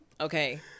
Okay